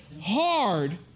hard